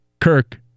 Kirk